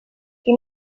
qui